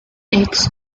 eggs